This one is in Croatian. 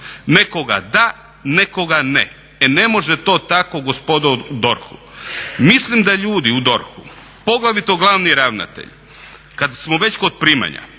Nekoga da, nekoga ne, e ne može to tako gospodo u DORH-u. Mislim da ljudi u DORH-u, poglavito glavni ravnatelj kad smo već kod primanja,